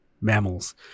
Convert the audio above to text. mammals